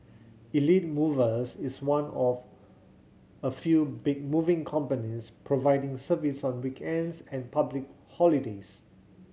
Elite Movers is one of a few big moving companies providing service on weekends and public holidays